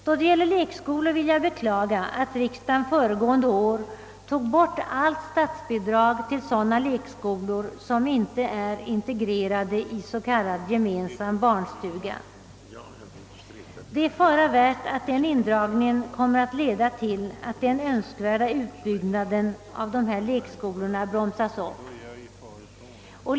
Då det gäller lekskolor vill jag beklaga att riksdagen föregående år tog bort allt statsbidrag till sådana lekskolor som inte är integrerade i s.k. gemensam barnstuga. Det är fara värt att den indragningen kommer att leda till att den önskvärda utbyggnaden av dessa lekskolor bromsas upp.